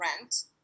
rent